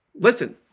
listen